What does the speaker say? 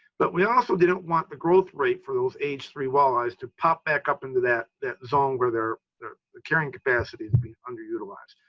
but we also didn't want the growth rate for those age three walleyes to pop back up into that that zone where their their carrying capacity is being underutilized.